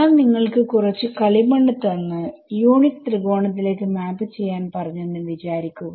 ഞാൻ നിങ്ങൾക്ക് കുറച്ചു കളിമണ്ണ് തന്ന് യൂണിറ്റ് ത്രികോണത്തിലേക്ക് മാപ് ചെയ്യാൻ പറഞ്ഞെന്ന് വിചാരിക്കുക